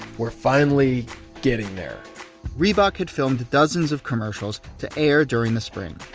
we're finally getting there reebok had filmed dozens of commercials to air during the spring,